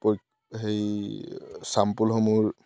পই সেই ছাম্পুলসমূহৰ